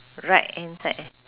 right hand side eh